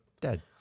dead